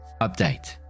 Update